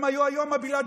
הם היו היום הבלעדיים,